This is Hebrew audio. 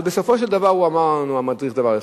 אבל בסופו של דבר, הוא אמר לנו, המדריך, דבר אחד: